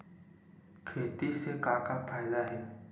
खेती से का का फ़ायदा हे?